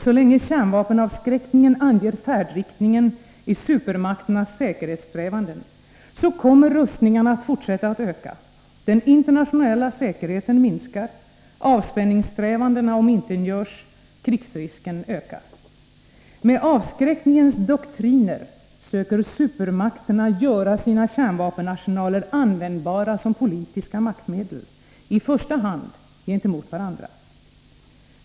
Så länge kärnvapenavskräckningen anger färdriktningen i supermakternas säkerhetssträvanden, kommer rustningarna att fortsätta att öka; den internationella säkerheten minskar; avspänningssträvandena omintetgörs; krigsrisken ökar. Med avskräckningens doktriner söker supermakterna göra sina kärnvapenarsenaler användbara som politiska maktmedel, i första hand gentemot varandra.